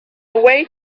away